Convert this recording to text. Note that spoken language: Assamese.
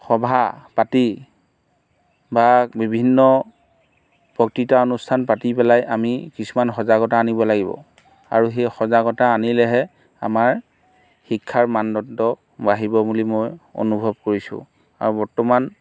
সভা পাতি বা বিভিন্ন বক্তৃতা অনুষ্ঠান পাতি পেলাই আমি কিছুমান সজাগতা আনিব লাগিব আৰু সেই সজাগতা আনিলেহে আমাৰ শিক্ষাৰ মানদণ্ড বাঢ়িব বুলি মই অনুভৱ কৰিছোঁ আৰু বৰ্তমান